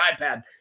iPad